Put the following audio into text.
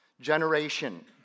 generation